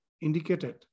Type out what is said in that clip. indicated